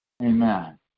Amen